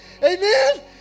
Amen